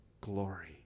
Glory